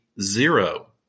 Zero